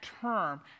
term